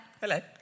Hello